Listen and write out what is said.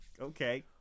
Okay